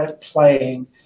playing